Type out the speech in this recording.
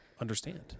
understand